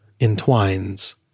entwines